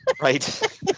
Right